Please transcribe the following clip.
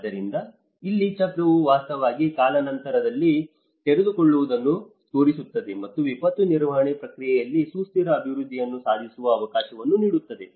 ಆದ್ದರಿಂದ ಇಲ್ಲಿ ಚಕ್ರವು ವಾಸ್ತವವಾಗಿ ಕಾಲಾನಂತರದಲ್ಲಿ ತೆರೆದುಕೊಳ್ಳುವುದನ್ನು ತೋರಿಸುತ್ತದೆ ಮತ್ತು ವಿಪತ್ತು ನಿರ್ವಹಣೆ ಪ್ರಕ್ರಿಯೆಯಲ್ಲಿ ಸುಸ್ಥಿರ ಅಭಿವೃದ್ಧಿಯನ್ನು ಸಾಧಿಸುವ ಅವಕಾಶವನ್ನು ನೀಡುತ್ತದೆ